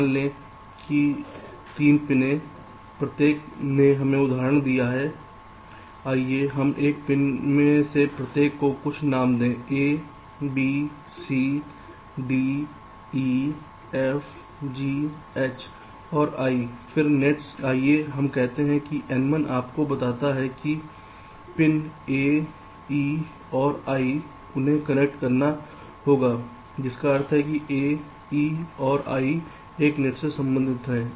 मान लें कि 3 पिनें प्रत्येक ने हमें उदाहरण दिया आइए हम इस पिन में से प्रत्येक को कुछ नाम दें a b c d e f g h और i फिर नेट आइए हम कहते हैं कि N1 आपको बताता है कि पिन a e और I उन्हें कनेक्ट करना होगा जिसका अर्थ है a e और i एक नेट से संबंधित हैं